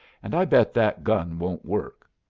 and i bet that gun won't work.